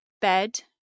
bed